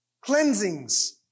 cleansings